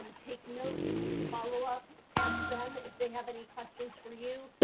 um take notes. follow-up. ask them if they have any questions for you.